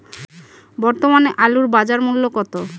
বর্তমানে আলুর বাজার মূল্য কত?